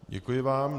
Děkuji vám.